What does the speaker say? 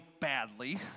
badly